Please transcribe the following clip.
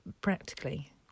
practically